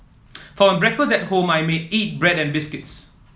for my breakfast at home I may eat bread or biscuits